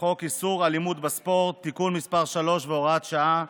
חוק איסור אלימות בספורט (תיקון מס' 3 והוראת שעה),